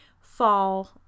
fall